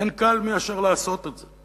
אין קל מאשר לעשות את זה.